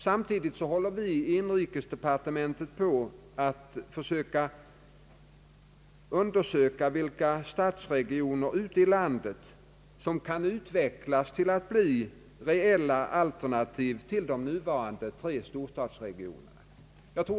Samtidigt håller vi i inrikesdepartementet på med att undersöka vilka stadsregioner ute i landet som kan utvecklas till att bli reelia alternativ till de nuvarande tre storstadsregionerna.